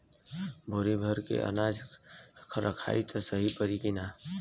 बोरी में भर के अनाज रखायी त सही परी की ना?